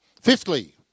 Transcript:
Fifthly